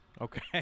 Okay